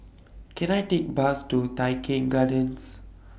Can I Take Bus to Tai Keng Gardens